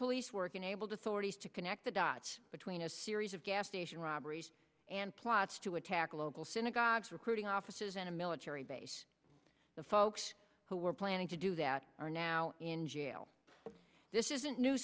police work unable to sorties to connect the dots between a series of gas station robberies and plots to attack local synagogues recruiting offices and a military base the folks who were planning to do that are now in jail this isn't a new